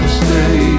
stay